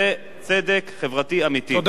זה צדק חברתי אמיתי.